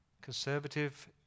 Conservative